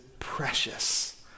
precious